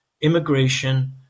immigration